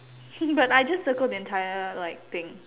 but I just circled the entire like thing